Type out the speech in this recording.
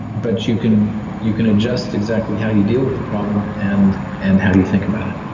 but you can you can adjust exactly how you deal with the problem, and and how you think about it